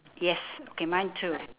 yes okay mine too